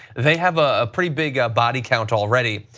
they have a pretty big body count already.